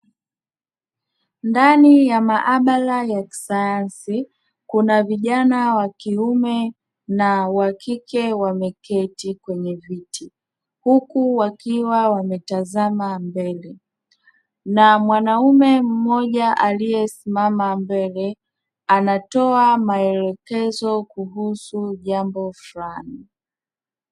Ndani ya maabara ya kisayansi kuna vijana wa kiume na wakike wameketi kwenye viti, huku wakiwa waametazama mbele na mwanaume mmoja aliyesimama mbele anatoa maelekezo kuhusu jambo fulani.